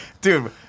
dude